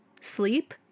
sleep